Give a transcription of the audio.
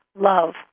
love